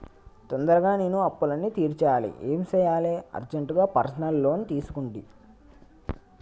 తొందరగా నేను అప్పులన్నీ తీర్చేయాలి ఏం సెయ్యాలి అర్జెంటుగా పర్సనల్ లోన్ తీసుకుంటి